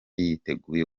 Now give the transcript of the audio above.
yiteguye